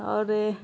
اور